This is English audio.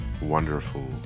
wonderful